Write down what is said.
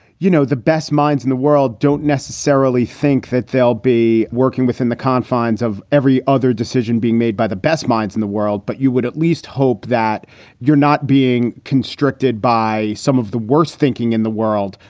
you know, the best minds in the world. don't necessarily think that they'll be working within the confines of every other decision being made by the best minds in the world. but you would at least hope that you're not being constricted by some of the worst thinking in the world,